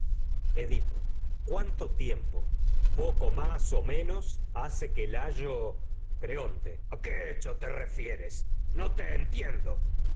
ahora cuánto tiempo poco más o menos hace que layo creonte edipo a qué hecho te refieres no entiendo